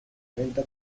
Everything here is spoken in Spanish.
renta